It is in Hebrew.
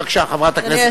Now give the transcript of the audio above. בבקשה, חברת הכנסת חוטובלי.